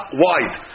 wide